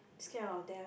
scared of death